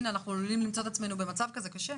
הנה, אנחנו עלולים למצוא את עצמנו במצב כזה קשה.